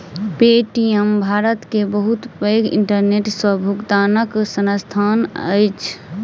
Paytm Bharat के बहुत पैघ इंटरनेट सॅ भुगतनाक संस्थान अछि